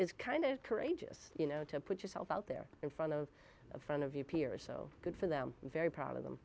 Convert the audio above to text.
is kind of courageous you know to put yourself out there in front of a friend of your peers so good for them very proud of them